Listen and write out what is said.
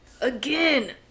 again